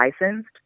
licensed